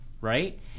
right